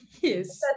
Yes